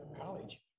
college